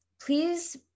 Please